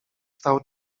stał